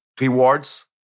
rewards